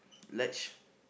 ledge